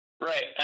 Right